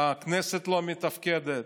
הכנסת לא מתפקדת.